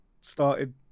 started